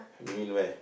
you mean where